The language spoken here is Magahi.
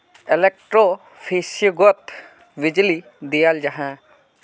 एलेक्ट्रोफिशिंगोत बीजली दियाल जाहा